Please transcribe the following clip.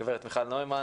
גב' מיכל נוימן,